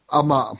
ama